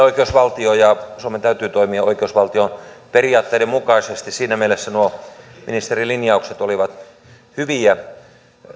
oikeusvaltio ja suomen täytyy toimia oikeusvaltion periaatteiden mukaisesti siinä mielessä nuo ministerin linjaukset olivat hyviä